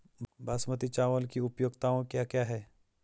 बासमती चावल की उपयोगिताओं क्या क्या हैं?